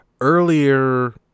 earlier